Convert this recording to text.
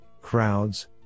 crowds